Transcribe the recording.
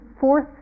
fourth